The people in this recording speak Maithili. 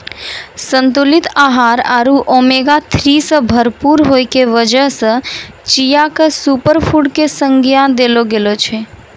संतुलित आहार आरो ओमेगा थ्री सॅ भरपूर होय के वजह सॅ चिया क सूपरफुड के संज्ञा देलो गेलो छै